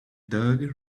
dog